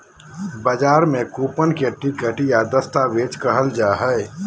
बजार में कूपन के टिकट या दस्तावेज कहल जा हइ